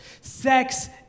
Sex